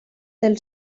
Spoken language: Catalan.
del